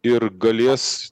ir galės